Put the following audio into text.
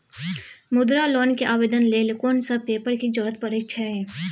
मुद्रा लोन के आवेदन लेल कोन सब पेपर के जरूरत परै छै?